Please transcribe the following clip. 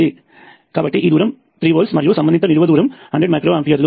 కాబట్టి ఈ దూరం 3 వోల్ట్స్ మరియు సంబంధిత నిలువు దూరం 100 మైక్రో ఆంపియర్లు